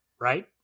right